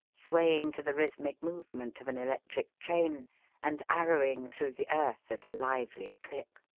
swaying to the rhythmic movement of an electric train and arrowing through the earth at a lively clip.